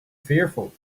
fearful